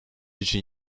için